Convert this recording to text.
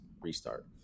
restart